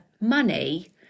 money